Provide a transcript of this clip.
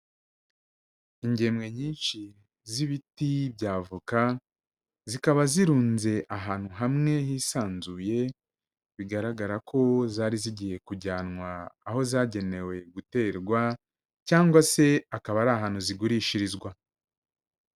Ingemwe nyinshi z'ibiti bya voka, zikaba zirunze ahantu hamwe hisanzuye, bigaragara ko zari zigiye kujyanwa aho zagenewe guterwa cyangwa se akaba ari ahantu zigurishirizwa.